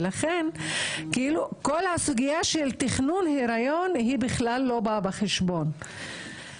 לכן כל הסוגיה של תכנון הריון בכלל לא באה בחשבון.